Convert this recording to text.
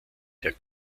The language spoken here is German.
der